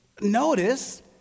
notice